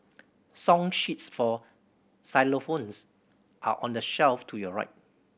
song sheets for xylophones are on the shelf to your right